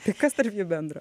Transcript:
tai kas tarp jų bendro